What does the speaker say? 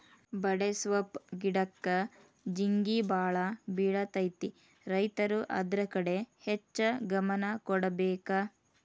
ಬಡೆಸ್ವಪ್ಪ್ ಗಿಡಕ್ಕ ಜೇಗಿಬಾಳ ಬಿಳತೈತಿ ರೈತರು ಅದ್ರ ಕಡೆ ಹೆಚ್ಚ ಗಮನ ಕೊಡಬೇಕ